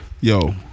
Yo